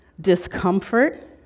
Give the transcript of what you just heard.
discomfort